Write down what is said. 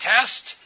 test